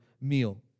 meal